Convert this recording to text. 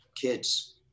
kids